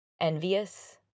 envious